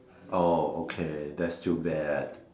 oh okay that's too bad